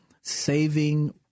saving